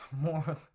more